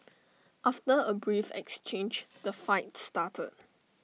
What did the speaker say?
after A brief exchange the fight started